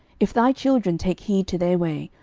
if thy children take heed to their way,